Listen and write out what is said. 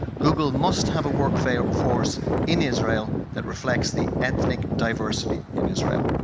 google must have a workforce in israel that reflects the ethnic diversity in israel.